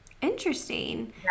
Interesting